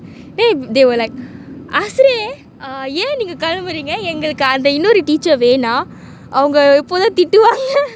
then they will like ஆசிரியை யே நீங்க கெளம்புறீங்க எங்களுக்கு அந்த இன்னொரு:aasiriyai ye neenga kelambureenga engalukku antha innoru teacher வேணா அவங்க எப்போதும் திட்டுவாங்க:vena avanga eppothum thittuwanga